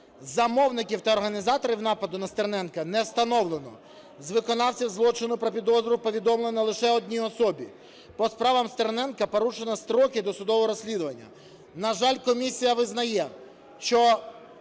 Замовників та організаторів нападу на Стерненка не встановлено. З виконавців злочину про підозру повідомлено лише одній особі. По справам Стерненка порушені строки досудового розслідування. На жаль, комісія визнає, що